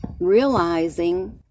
realizing